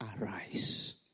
Arise